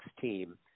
team